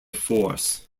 force